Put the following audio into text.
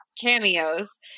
cameos